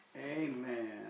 Amen